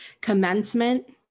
Commencement